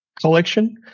collection